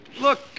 Look